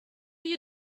you